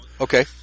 Okay